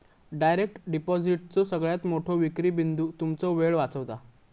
direct डिपॉजिटचो सगळ्यात मोठो विक्री बिंदू तुमचो वेळ वाचवता